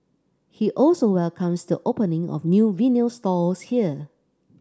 he also welcomes the opening of new vinyl stores here